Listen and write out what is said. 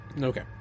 Okay